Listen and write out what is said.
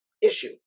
issue